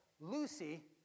Lucy